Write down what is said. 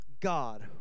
God